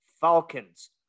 falcons